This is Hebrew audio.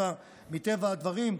מטבע הדברים,